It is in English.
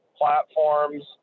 platforms